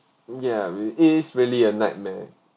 mm ya we it is really a nightmare